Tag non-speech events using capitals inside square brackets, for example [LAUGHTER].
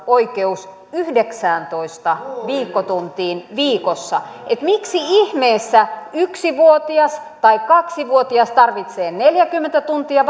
oikeus yhdeksääntoista viikkotuntiin viikossa miksi ihmeessä yksi vuotias tai kaksi vuotias tarvitsee neljäkymmentä tuntia [UNINTELLIGIBLE]